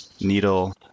Needle